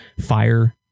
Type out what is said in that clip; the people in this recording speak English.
fire